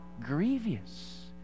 grievous